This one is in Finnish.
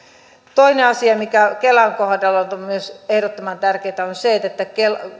toinen asia mikä kelan kohdalta on myös ehdottoman tärkeää on se että